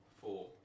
Four